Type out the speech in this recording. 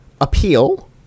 Appeal